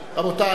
רבותי.